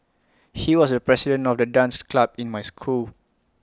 he was the president of the dance club in my school